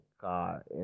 car